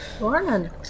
Morning